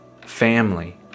Family